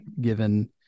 given